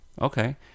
Okay